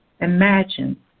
Imagine